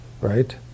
right